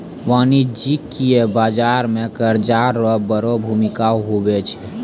वाणिज्यिक बाजार मे कर्जा रो बड़ो भूमिका हुवै छै